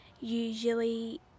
usually